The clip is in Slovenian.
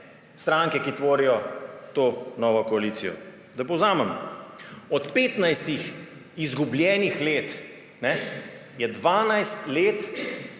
stranke, ki tvorijo to novo koalicijo. Da povzamem, od 15 izgubljenih let je 12 od